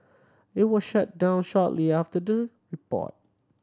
it was shut down shortly after the report